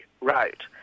wrote